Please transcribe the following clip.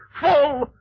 Full